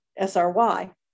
SRY